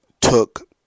took